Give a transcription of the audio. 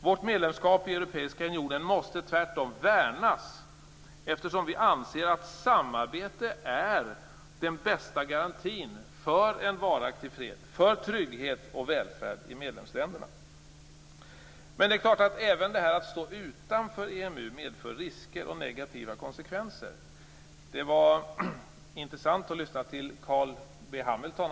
Vårt medlemskap i Europeiska unionen måste tvärtom värnas eftersom vi anser att samarbete är den bästa garantin för en varaktig fred, trygghet och välfärd i medlemsländerna. Men även detta att stå utanför EMU medför risker och negativa konsekvenser. Det var intressant att lyssna till Carl B Hamilton.